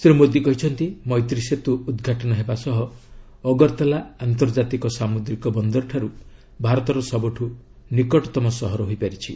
ଶ୍ରୀ ମୋଦୀ କହିଛନ୍ତି ମୈତ୍ରୀ ସେତୁ ଉଦ୍ଘାଟନ ହେବା ସହ ଅଗରତାଲା ଆନ୍ତର୍ଜାତିକ ସାମୁଦ୍ରିକ ବନ୍ଦର ଠାରୁ ଭାରତର ସବୁଠୁ ନିକଟତମ ସହର ହୋଇପାରିଛି